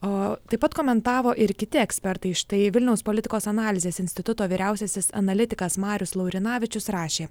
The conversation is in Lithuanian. o taip pat komentavo ir kiti ekspertai štai vilniaus politikos analizės instituto vyriausiasis analitikas marius laurinavičius rašė